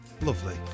Lovely